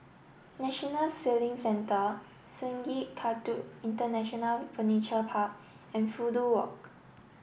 National Sailing Centre Sungei Kadut International Furniture Park and Fudu Walk